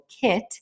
kit